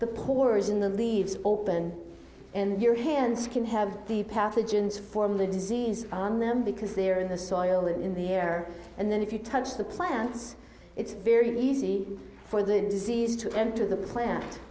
the pores in the leaves open and your hands can have the pathogens form the disease on them because they're in the soil and in the air and then if you touch the plants it's very easy for the disease to enter the plant